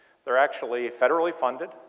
they are actually federally funded.